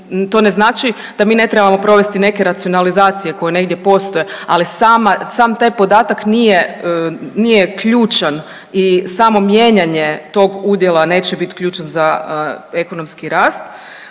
to ne znači da mi ne trebamo provesti neke racionalizacije koje negdje postoje, ali sama, sam taj podatak nije, nije ključan i samo mijenjanje tog udjela neće bit ključan za ekonomski rast,